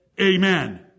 amen